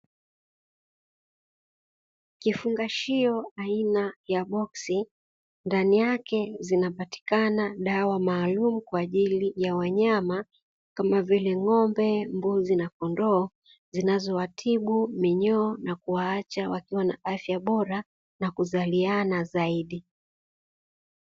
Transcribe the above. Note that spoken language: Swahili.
Kifungashio aina ya boksi ndani yake zinapatikana dawa maalum kwa ajili ya wanyama kama vile ng'ombe, mbuzi na kondoo, zinazowatibu minyoo na kuwaacha wakiwa na afya bora na kuzaliana zaidi.